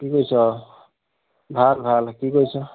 কি কৰিছ ভাল ভাল কি কৰিছ